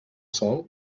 sol